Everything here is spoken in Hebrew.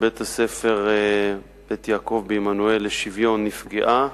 בבית-הספר "בית יעקב" בעמנואל לשוויון נפגעה,